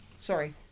Sorry